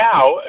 now